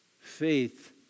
Faith